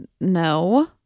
no